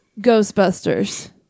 Ghostbusters